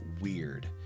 weird